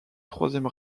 troisième